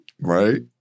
Right